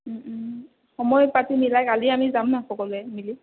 ওম ওম সময় পাতি মিলাই কালি আমি যাম ন' সকলোৱে মিলি